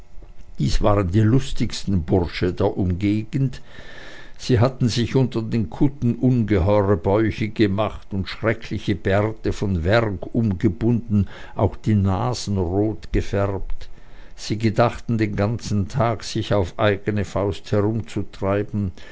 dies waren die lustigsten bursche der umgegend sie hatten sich unter den kutten ungeheure bäuche gemacht und schreckliche bärte von werg umgebunden auch die nasen rot gefärbt sie gedachten den ganzen tag sich auf eigene faust herumzutreiben